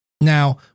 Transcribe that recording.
Now